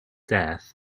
death